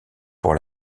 pour